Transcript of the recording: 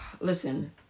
listen